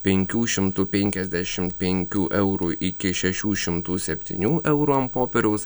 penkių šimtų penkiasdešim penkių eurų iki šešių šimtų septynių eurų an popieriaus